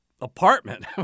apartment